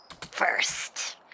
first